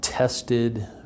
tested